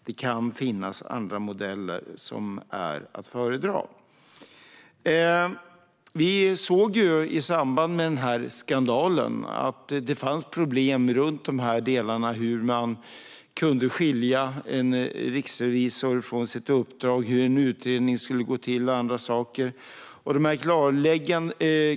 Det kan finnas andra modeller som är att föredra. Vi såg i samband med skandalen att det fanns problem när det gällde hur man kunde skilja en riksrevisor från uppdraget, hur en utredning skulle gå till och andra saker.